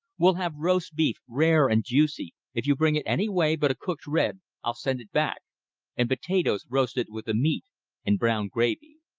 we'll have roast beef, rare and juicy if you bring it any way but a cooked red, i'll send it back and potatoes roasted with the meat and brown gravy.